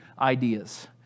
ideas